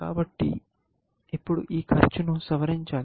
కాబట్టి ఇప్పుడు ఈ ఖర్చును సవరించాలి